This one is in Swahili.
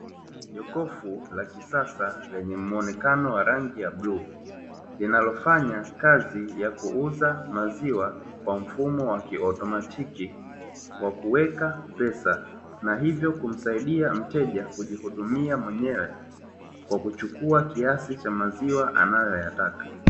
Jokofu la kisasa lenye muonekano wa rangi ya bluu. wakichukua